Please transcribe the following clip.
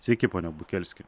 sveiki pone bukelski